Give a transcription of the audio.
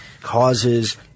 causes